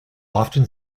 often